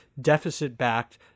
deficit-backed